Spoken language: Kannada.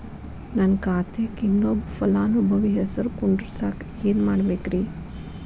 ನನ್ನ ಖಾತೆಕ್ ಇನ್ನೊಬ್ಬ ಫಲಾನುಭವಿ ಹೆಸರು ಕುಂಡರಸಾಕ ಏನ್ ಮಾಡ್ಬೇಕ್ರಿ?